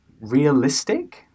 realistic